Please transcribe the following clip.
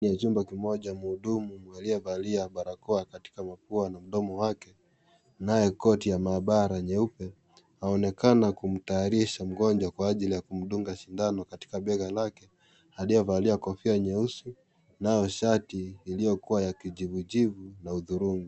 NI jumba kimoja ya muhudumu aliyevalia barakoa katika mdomo wake. Anaye koti ya mahabara nyeupe, anaonekana kumtayarisha mgonjwa Kwa ajili ya kumdungwa sindano katika bega lake. Aliyevalia kofia nyeusi nawe shati iliyokuwa yaniijivu jivu na hudhurungi.